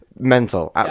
mental